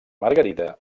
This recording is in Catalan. margarida